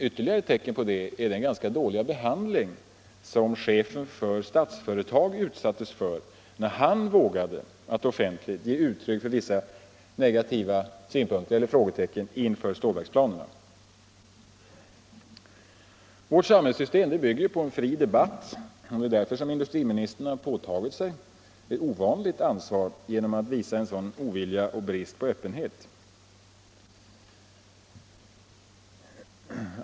Ytterligare ett tecken på detta är den ganska dåliga behandling som chefen för Statsföretag utsattes för, när han vågade offentligen uttrycka vissa negativa synpunkter på stålverksplanerna. Vårt samhällssystem bygger på en fri debatt. Industriministern har därför påtagit sig ett ovanligt ansvar genom att visa sådan ovilja och brist på öppenhet.